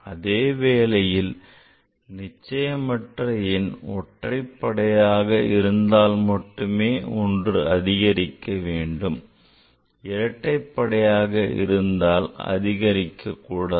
அதேவேளையில் நிச்சயமற்ற எண் ஒற்றைப்படையாக இருந்தால் மட்டுமே ஒன்று அதிகரிக்கவேண்டும் இரட்டையாக இருந்தால் அதிகரிக்கக் கூடாது